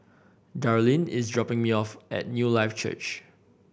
Darleen is dropping me off at Newlife Church